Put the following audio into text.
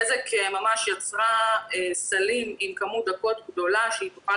בזק יצרה סלים עם כמות דקות גדולה כדי שהיא תוכל